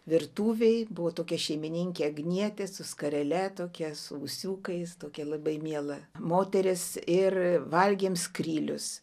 virtuvėj buvo tokia šeimininkė agnietė su skarele tokia su ūsiukais tokia labai miela moteris ir valgėm skrylius